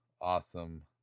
awesome